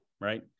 right